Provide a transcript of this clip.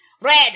Red